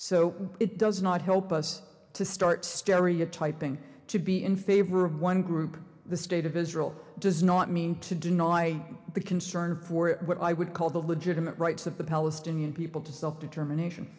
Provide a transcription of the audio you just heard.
so it does not help us to start stereotyping to be in favor of one group the state of israel does not mean to deny the concern for what i would call the legitimate rights of the palestinian people to self determination